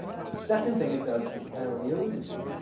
the second thing it does is i already alluded to,